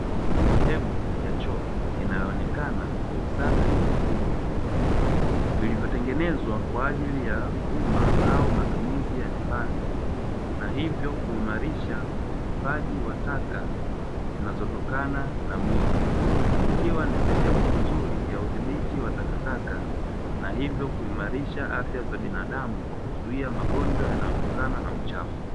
sehemu ya choo inayoonekana kwa usafi mkubwa viliyotengenezwa kwaajili ya umma au matumizi ya nyumbani, na hivyo kuimalisha utupaji wa taka zitokanazo na mwili, ikiwa ni sehemu nzuri ya udhibiti wa takataka na hivyo kuimalisha afya za binadamu kwa kuzuia magonjwa yanayotokana na uchafu.